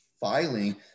filing